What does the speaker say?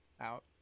out